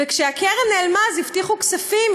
וכשהקרן נעלמה הבטיחו כספים,